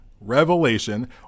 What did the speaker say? revelation